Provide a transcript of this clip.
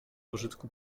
pożytku